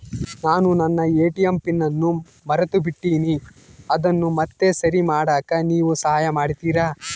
ನಾನು ನನ್ನ ATM PIN ಅನ್ನು ಮರೆತುಬಿಟ್ಟೇನಿ ಅದನ್ನು ಮತ್ತೆ ಸರಿ ಮಾಡಾಕ ನೇವು ಸಹಾಯ ಮಾಡ್ತಿರಾ?